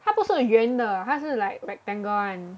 它不是圆的它是 like rectangle one